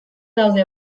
daude